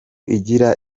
igira